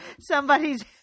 somebody's